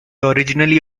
originally